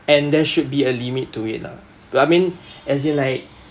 and there should be a limit to it lah I mean as in like